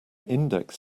index